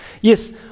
Yes